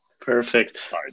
Perfect